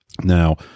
Now